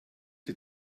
die